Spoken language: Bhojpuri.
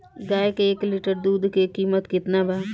गाय के एक लीटर दुध के कीमत केतना बा?